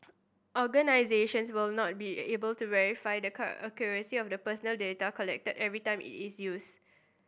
organisations will not be able to verify the accuracy of personal data collected every time it is used